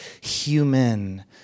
human